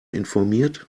informiert